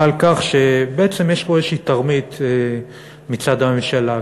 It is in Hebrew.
באה על כך שבעצם יש פה איזושהי תרמית מצד הממשלה.